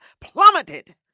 plummeted